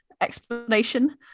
explanation